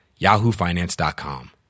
yahoofinance.com